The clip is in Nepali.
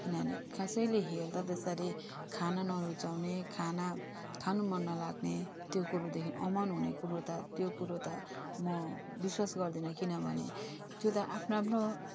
किनभने कसैले हेर्दा त्यसरी खाना नरुचाउने खाना खानु मन नलाग्ने त्यो कुरोदेखि अमन हुने कुरो त त्यो कुरो त म विश्वास गर्दिनँ किनभने त्यो त आफ्नो आफ्नो